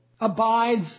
abides